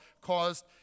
caused